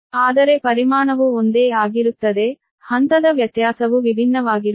ಆದರೆ ಪರಿಮಾಣವು ಒಂದೇ ಆಗಿರುತ್ತದೆ ಹಂತದ ವ್ಯತ್ಯಾಸವು ವಿಭಿನ್ನವಾಗಿರುತ್ತದೆ